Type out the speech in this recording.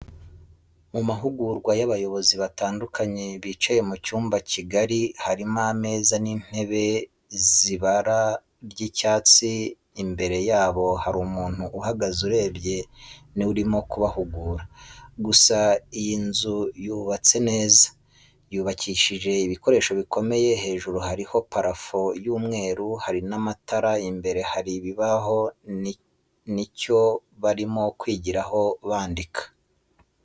Mamahugurwa yabayobozi batandukanye bicaye mucyumba kigali harimo ameza nintebe zibara ry,icyatsi imbere yabo hari umuntu uhagaze urebye niwe urimo kubahugura gusa iyinzuyubatseneza yubakishije ibikoresho bikomeye hejuru hariho parafo y,umweru hari namatara imbere hari ikibaho nicyo barimo kwigiraho bandika.